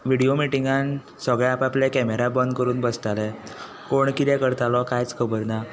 video मिटिंगान सगळे आप आपले कॅमेरा बंद करून बसताले कोण कितें करतालो कांयच खबर ना